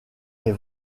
est